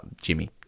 Jimmy